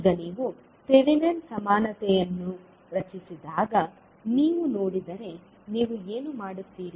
ಈಗ ನೀವು ಥೆವೆನಿನ್ ಸಮಾನತೆಯನ್ನು ರಚಿಸಿದಾಗ ನೀವು ನೋಡಿದರೆ ನೀವು ಏನು ಮಾಡುತ್ತೀರಿ